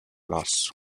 loss